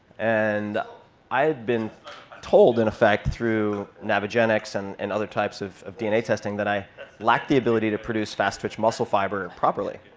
and i had been told, in effect, through navigenics and and other types of of dna testing that i lacked the ability to produce fast twitch muscle fiber properly.